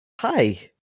hi